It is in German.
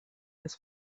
das